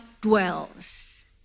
dwells